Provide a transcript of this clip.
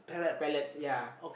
pellets ya